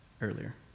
earlier